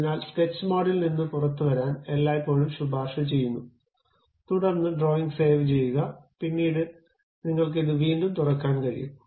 അതിനാൽ സ്കെച്ച് മോഡിൽ നിന്ന് പുറത്തുവരാൻ എല്ലായ്പ്പോഴും ശുപാർശ ചെയ്യുന്നു തുടർന്ന് ഡ്രോയിംഗ് സേവ് ചെയ്യുക പിന്നീട് നിങ്ങൾക്ക് ഇത് വീണ്ടും തുറക്കാൻ കഴിയും